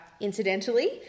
incidentally